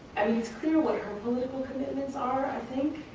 i mean, it's clear what her political commitments are, i think,